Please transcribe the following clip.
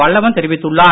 வல்லவன் தெரிவித்துள்ளார்